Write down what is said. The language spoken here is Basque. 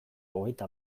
hogeita